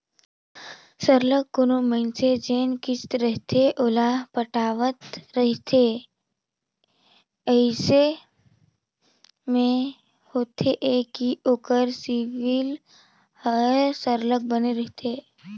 सरलग कोनो मइनसे जेन किस्त रहथे ओला पटावत रहथे अइसे में होथे ए कि ओकर सिविल हर सरलग बने रहथे